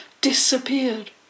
disappeared